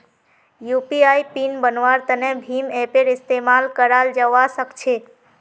UPI PIN बन्वार तने भीम ऐपेर इस्तेमाल कराल जावा सक्छे